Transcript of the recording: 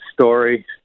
story